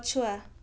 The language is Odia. ପଛୁଆ